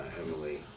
Emily